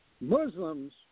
Muslims